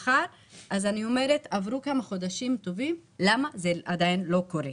אני אומרת שעברו כמה חודשים טובים ולמה זה עדיין לא קורה?